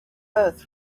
earth